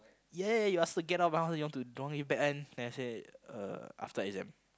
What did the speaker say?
ya you ask her get out of my house then you don't want give back one then I say uh after exam